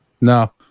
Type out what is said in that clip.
No